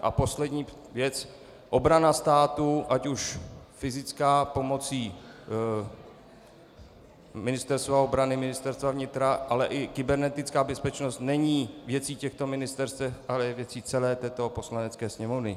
A poslední věc, obrana státu, ať už fyzická pomocí Ministerstva obrany, Ministerstva vnitra, ale i kybernetická bezpečnost, není věcí těchto ministerstev, ale je věcí celé toto Poslanecké sněmovny.